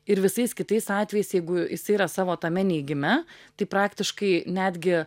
ir visais kitais atvejais jeigu jisai yra savo tame neigime tai praktiškai netgi